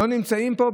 הם לא נמצאים פה.